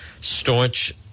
staunch